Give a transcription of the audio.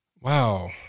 Wow